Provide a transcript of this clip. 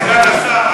סגן השר,